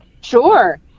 Sure